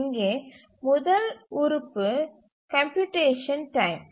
இங்கே முதல் உறுப்பு கம்ப்யூட்டேசன் டைம்